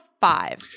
five